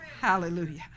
Hallelujah